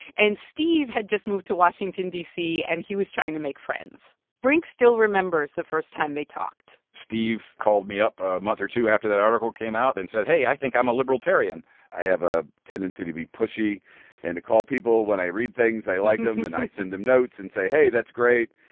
and steve had just moved to washington, d c, and he was trying to make friends. brink still remembers the first time they talked steve called me up a month or two after that article came out and said, hey, i think i'm a libertarian i have a tendency to be pushy and to call people when i read things if i like them. and i send them notes and say, hey, that's great.